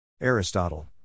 Aristotle